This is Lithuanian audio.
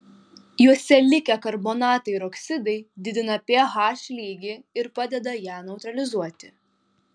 juose likę karbonatai ir oksidai didina ph lygį ir padeda ją neutralizuoti